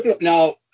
now